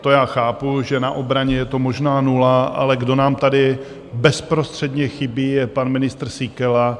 To já chápu, že na obraně je to možná nula, ale kdo nám tady bezprostředně chybí, je pan ministr Síkela.